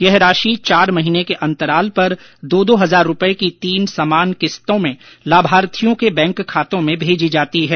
यह राशि चार महीने के अंतराल पर दो दो हजार रूपए की तीन समान किस्तों में लाभार्थियों के बैंक खातों में भेजी जाती है